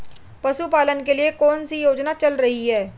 पशुपालन के लिए कौन सी योजना चल रही है?